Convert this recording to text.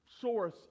source